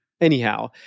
anyhow